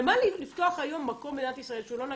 למה לפתוח היום מקום במדינת ישראל שהוא לא נגיש?